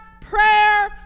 prayer